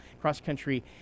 cross-country